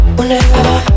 Whenever